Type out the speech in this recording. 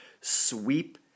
sweep